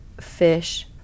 fish